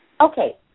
Okay